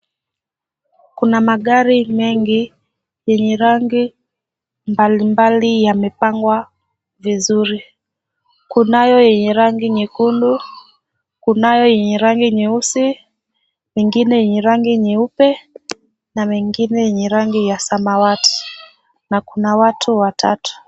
Kuna magari mengi yenye rangi mbalimbali yamepangwa vizuri. Kunayo yenye rangi nyekundu, kunayo yenye rangi nyeusi, ingine yenye rangi nyeupe na mengine yenye rangi ya samawati, na kuna watu watatu.